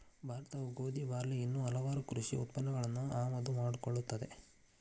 ಭಾರತವು ಗೋಧಿ, ಬಾರ್ಲಿ ಇನ್ನೂ ಹಲವಾಗು ಕೃಷಿ ಉತ್ಪನ್ನಗಳನ್ನು ಆಮದು ಮಾಡಿಕೊಳ್ಳುತ್ತದೆ